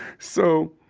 so